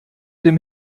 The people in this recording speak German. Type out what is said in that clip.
dem